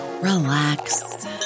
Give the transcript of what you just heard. relax